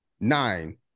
nine